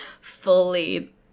fully